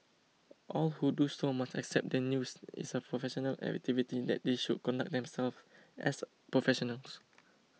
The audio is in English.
all who do so must accept that news is a professional activity that they should conduct themselves as professionals